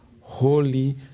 holy